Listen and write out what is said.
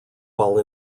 while